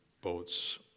boats